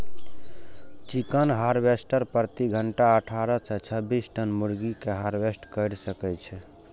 chicken harvester प्रति घंटा अट्ठारह सं छब्बीस टन मुर्गी कें हार्वेस्ट कैर सकै छै